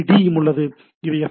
D உள்ளது இங்கே F